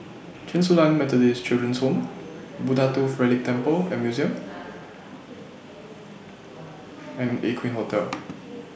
Chen Su Lan Methodist Children's Home Buddha Tooth Relic Temple and Museum and Aqueen Hotel